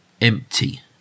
empty